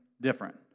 different